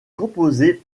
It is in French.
composée